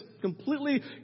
completely